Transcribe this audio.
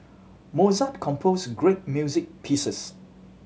Mozart composed great music pieces